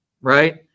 right